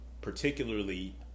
particularly